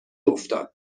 افتاد